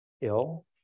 ill